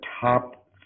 top